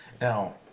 Now